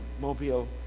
Mobile